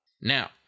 Now